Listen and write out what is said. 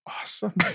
awesome